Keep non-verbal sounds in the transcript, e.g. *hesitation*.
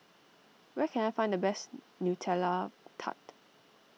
where can I find the best *hesitation* Nutella Tart